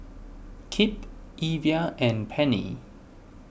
Kipp Evia and Penny